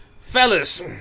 Fellas